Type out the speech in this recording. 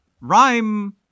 Rhyme